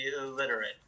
illiterate